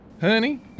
Honey